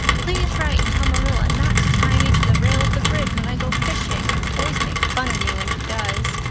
please write and tell marilla not to tie me to the rale of the bridge when i go fishing the boys make fun of me when she does.